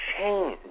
change